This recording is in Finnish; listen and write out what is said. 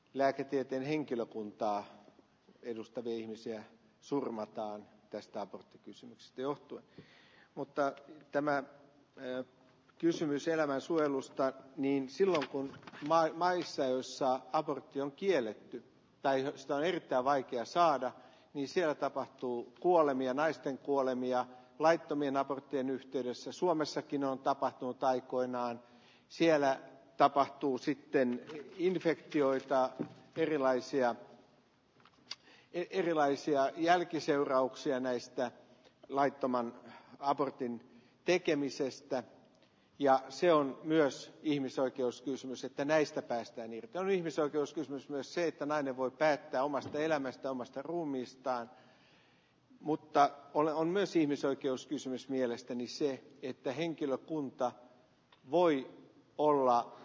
lääketieteen henkilökuntaa edustavia ihmisiä surmataan tästä on kysymys johtui mutta tämän tel kysymys elämän suojelusta niin silloin kun maailman joissa abortti on kielletty tai ostaa niitä vaikea saada siellä tapahtuu kuolemia naisten kuolemia laittomien aborttien yhteydessä suomessakin on tapahtunut aikoinaan siellä tapahtuu sitten kun infektioista erilaisia erilaisia jälkiseurauksia näistä laittoman abortin tekemisestä ja se on myös ihmisoikeuskysymys että näistä päästäni on ihmisoikeuskysymys myös se että nainen voi päättää omasta elämästä omasta ruumiistaan mutta olo on myös ihmisoikeuskysymys mielestäni se että henkilökunta voi olla